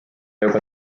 juba